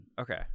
Okay